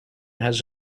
has